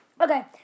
Okay